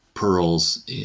Pearls